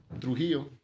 Trujillo